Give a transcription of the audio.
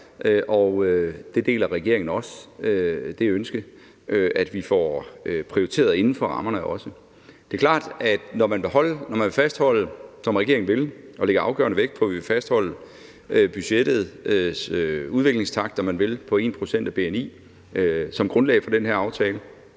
– at det er det. Det ønske om, at vi får prioriteret inden for rammerne, deler regeringen også. Når man vil fastholde, som regeringen vil og lægger afgørende vægt på at vi vil, budgettets udviklingstakt, om man vil, på 1 pct. af bni som grundlag for den her aftale,